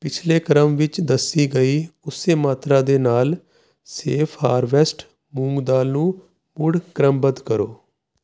ਪਿਛਲੇ ਕ੍ਰਮ ਵਿੱਚ ਦੱਸੀ ਗਈ ਉਸ ਮਾਤਰਾ ਦੇ ਨਾਲ ਸੇਫ ਹਾਰਵੈਸਟ ਮੂੰਗ ਦਾਲ ਨੂੰ ਮੁੜ ਕ੍ਰਮਬੱਧ ਕਰੋ